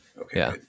Okay